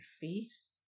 face